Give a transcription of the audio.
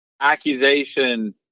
accusation